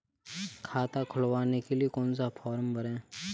खाता खुलवाने के लिए कौन सा फॉर्म भरें?